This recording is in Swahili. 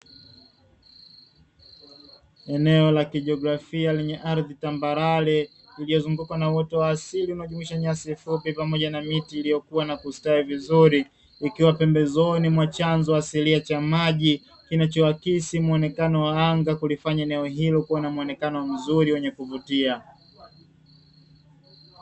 Eneo la kijiografia lenye ardhi tambarare, iliyozungukwa na uoto wa asili unaojumuisha nyasi fupi pamoja na miti iliyokua na kustawi vizuri, ikiwa pembezoni mwa chanzo asilia cha maji; kinachoakisi muonekano wa anga kulifanya eneo hilo kuwa na muonekano mzuri wenye kuvutia.